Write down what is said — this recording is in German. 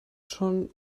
schon